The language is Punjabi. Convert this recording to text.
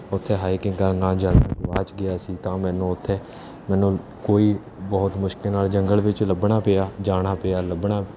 ਉੱਥੇ ਹਾਈਕਿੰਗ ਕਰਨ ਨਾਲ ਜਦੋਂ ਮੈਂ ਗੁਆਚ ਗਿਆ ਸੀ ਤਾਂ ਮੈਨੂੰ ਉੱਥੇ ਮੈਨੂੰ ਕੋਈ ਬਹੁਤ ਮੁਸ਼ਕਿਲ ਨਾਲ ਜੰਗਲ ਵਿੱਚ ਲੱਭਣਾ ਪਿਆ ਜਾਣਾ ਪਿਆ ਲੱਭਣਾ